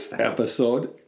episode